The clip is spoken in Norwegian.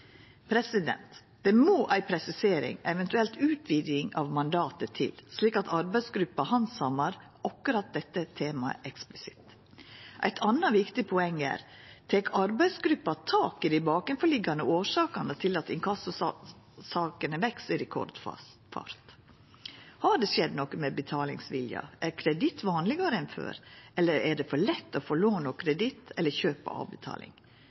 Det må ei presisering til, eventuelt ei utviding av mandatet, slik at arbeidsgruppa handsamar akkurat dette temaet eksplisitt. Eit anna viktig poeng er: Tek arbeidsgruppa tak i dei bakanforliggjande årsakene til at inkassosakene veks i rekordfart? Har det skjedd noko med betalingsviljen, er kreditt vanlegare enn før, eller er det for lett å få lån og kreditt eller kjøpa på avbetaling?